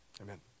Amen